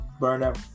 Burnout